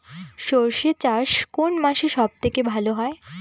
সর্ষে চাষ কোন মাসে সব থেকে ভালো হয়?